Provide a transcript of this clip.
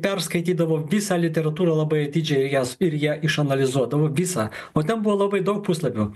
perskaitydavo visą literatūrą labai atidžiai ir jas ir ją išanalizuodavo visą o ten buvo labai daug puslapių